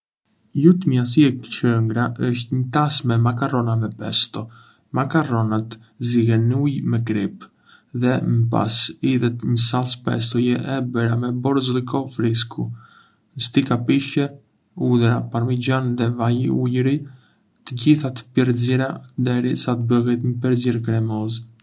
lutmia asie që hëngra ishte një tas me makarona me pesto. Makaronat zihen në ujë me kripë dhe më pas hidhet një salcë pestoje e bërë me borziloku frishku, stika pishe, hudhra, parmixhan dhe vaj ulliri, të gjitha të përziera deri sa të bëhet një përzierje kremoze.